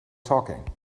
talking